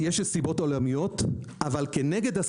יש סיבות עולמיות אבל כנגדן